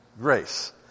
grace